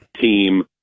team